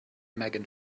megan